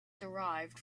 derived